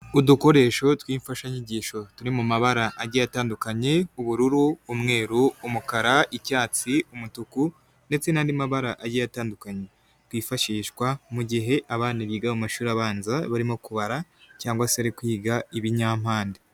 Udukoresho tw'imfashanyigisho turi mu mabara agiye atandukanye: ubururu, umweru, umukara, icyatsi, umutuku ndetse n'andi mabara agiye atandukanye. Bwifashishwa mu gihe abana biga mu mashuri abanza barimo kubara cyangwa se bari kwiga ibinyampande.